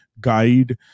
guide